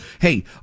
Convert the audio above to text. Hey